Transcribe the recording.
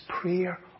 prayer